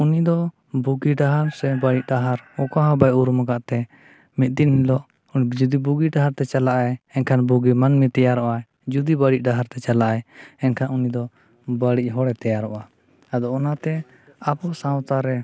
ᱩᱱᱤ ᱫᱚ ᱵᱩᱜᱤ ᱰᱟᱦᱟᱨ ᱥᱮ ᱵᱟᱲᱤᱡ ᱰᱟᱦᱟᱨ ᱚᱠᱟ ᱦᱚᱸ ᱵᱟᱭ ᱩᱨᱩᱢ ᱠᱟᱫ ᱛᱮ ᱢᱤᱫ ᱫᱤᱱ ᱦᱤᱞᱳᱜ ᱡᱩᱫᱤ ᱵᱩᱜᱤ ᱰᱟᱦᱟᱨ ᱛᱮ ᱪᱟᱞᱟᱜ ᱟᱭ ᱮᱱᱠᱷᱟᱱ ᱵᱩᱜᱤ ᱢᱟᱹᱱᱢᱤ ᱛᱮᱭᱟᱨᱚᱜ ᱟᱭ ᱡᱩᱫᱤ ᱵᱟᱲᱤᱡ ᱰᱟᱦᱟᱨᱛᱮ ᱪᱟᱞᱟᱜ ᱟᱭ ᱮᱱᱠᱷᱟᱱ ᱩᱱᱤ ᱫᱚ ᱵᱟᱲᱤᱡ ᱦᱚᱲᱮ ᱛᱮᱭᱟᱨᱚᱜᱼᱟ ᱟᱫᱚ ᱚᱱᱟᱛᱮ ᱟᱵᱚ ᱥᱟᱶᱛᱟᱨᱮ